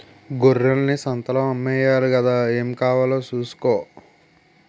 గొర్రెల్ని సంతలో అమ్మేయాలి గదా ఏం కావాలో సూసుకో